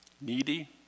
needy